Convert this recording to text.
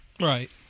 Right